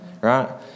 right